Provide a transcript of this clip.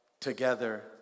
together